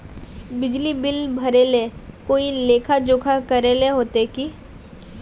बिजली बिल भरे ले कोई लेखा जोखा करे होते की?